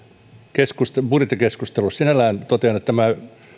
budjettikeskusteluissa sinällään totean että tämä